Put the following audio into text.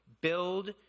build